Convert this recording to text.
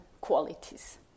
qualities